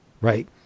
right